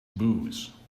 booze